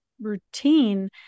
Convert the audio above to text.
routine